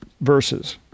verses